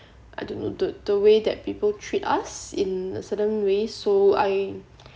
I don't know the the way that people treat us in a certain way so I